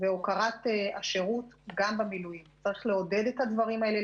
וגם הוקרת השירות גם במילואים צריך לעודד את הדברים האלה,